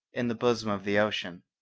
in the bosom of the ocean.